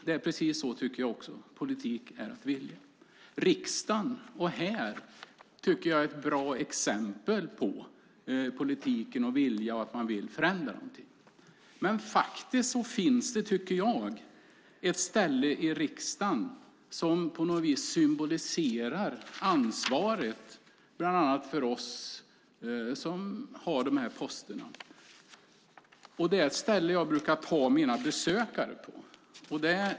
Jag tycker också att politik är att vilja. Riksdagen är ett bra exempel på politik, vilja och att man vill förändra. Det finns ett ställe i Riksdagshuset som på något vis symboliserar ansvaret bland annat för oss som har dessa poster. Det är ett ställe jag brukar ta mina besökare till.